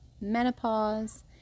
menopause